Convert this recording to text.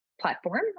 platform